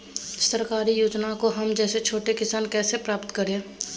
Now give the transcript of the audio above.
सरकारी योजना को हम जैसे छोटे किसान कैसे प्राप्त करें?